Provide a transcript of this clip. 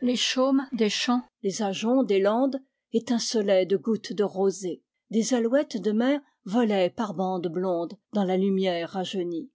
les chaumes des champs les ajoncs des landes étincelaient de gouttes de rosée des alouettes de mer volaient par bandes blondes dans la lumière rajeunie